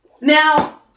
Now